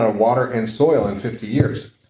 ah water and soil in fifty years.